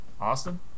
Austin